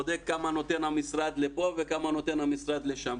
בודק כמה נותן המשרד לפה וכמה נותן המשרד לשם,